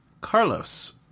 Carlos